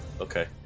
Okay